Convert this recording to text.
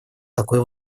такой